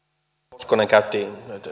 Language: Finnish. hoskonen käytti